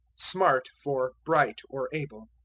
smart for bright, or able.